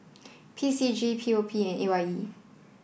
P C G P O P and A Y E